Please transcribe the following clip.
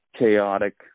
chaotic